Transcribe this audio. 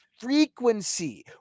frequency